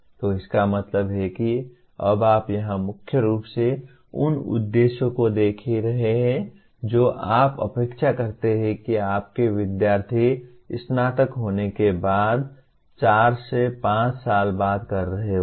तो इसका मतलब है कि अब आप यहां मुख्य रूप से उन उद्देश्यों को देख रहे हैं जो आप अपेक्षा करते हैं कि आपके विद्यार्थी स्नातक होने के चार से पांच साल बाद कर रहे होंगे